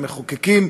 המחוקקים,